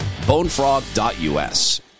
Bonefrog.us